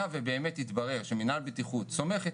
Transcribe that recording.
היה ובאמת יתברר שמנהל הבטיחות סומך את